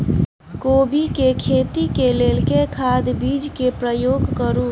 कोबी केँ खेती केँ लेल केँ खाद, बीज केँ प्रयोग करू?